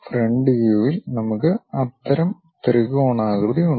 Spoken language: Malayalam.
ഫ്രണ്ട് വ്യൂവിൽ നമുക്ക് അത്തരം ത്രികോണാകൃതി ഉണ്ട്